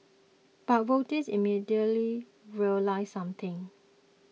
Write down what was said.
but voters immediately realised something